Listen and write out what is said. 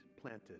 planted